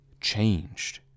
changed